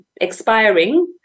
expiring